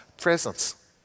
presence